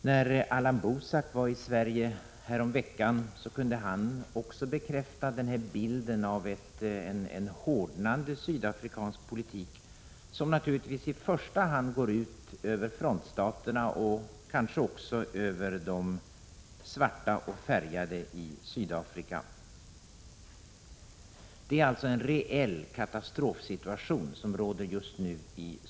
När Allan Boesak var i Sverige häromveckan kunde han bekräfta bilden av en hårdnande sydafrikansk politik, som naturligtvis i första hand går ut över frontstaterna och kanske också över svarta och färgade i Sydafrika. I södra Afrika råder det alltså just nu en reell katastrofsituation, och den är dubbel.